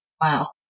Wow